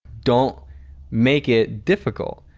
don't make it difficult.